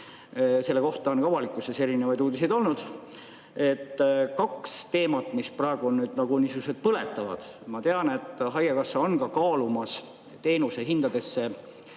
mille kohta on ka avalikkuses erinevaid uudiseid olnud. Need on kaks teemat, mis praegu on nagu niisugused põletavad. Ma tean, et haigekassa on kaalumas muuta teenuse hindades